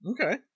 Okay